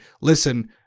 listen